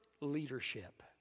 leadership